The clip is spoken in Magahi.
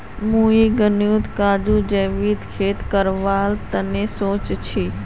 मुई गांउत काजूर जैविक खेती करवार तने सोच छि